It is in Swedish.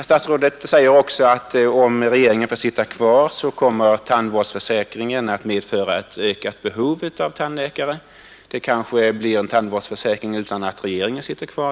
Statsrådet sade också att om regeringen får sitta kvar, så kommer tandvårdsförsäkringen att medföra ett ökat behov av tandläkare. Ja. vi kanske får en tandvårdsförsäkring utan att regeringen sitter kvar.